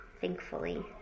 thankfully